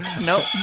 Nope